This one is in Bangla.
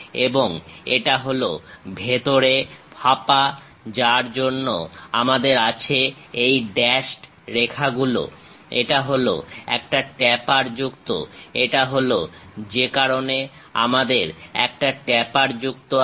এবং এটা হলো ভেতরে ফাঁপা যার জন্য আমাদের আছে এই ড্যাশড রেখাগুলো এটা হল একটা ট্যাপার যুক্ত এটা হল যে কারণে আমাদের একটা ট্যাপারযুক্ত আছে